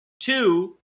Two